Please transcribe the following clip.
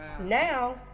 Now